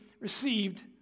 received